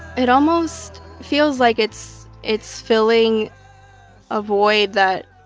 it almost feels like it's it's filling a void that,